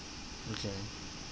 okay